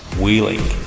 wheeling